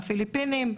מהפיליפינים.